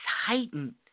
heightened